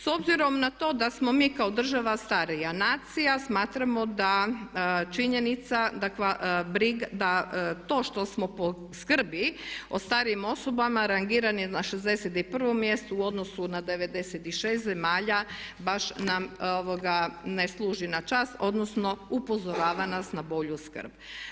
S obzirom na to da smo mi kao država starija nacija smatramo da činjenica da to što smo po skrbi o starijim osobama rangirani na 61. mjestu u odnosu na 96 zemalja baš nam ne služi na čast, odnosno upozorava nas na bolju skrb.